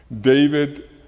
David